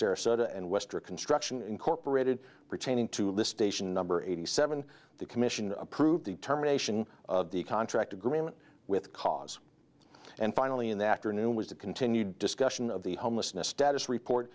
sarasota and western construction incorporated pertaining to list ation number eighty seven the commission approved determination of the contract agreement with cause and finally and that her new was to continue discussion of the homelessness status report